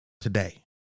today